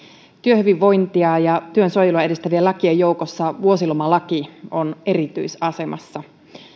työhyvinvointia ja työsuojelua edistävien lakien joukossa vuosilomalaki on erityisasemassa